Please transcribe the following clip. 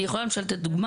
אני יכולה למשל לתת דוגמה,